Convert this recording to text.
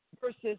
versus